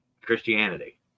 Christianity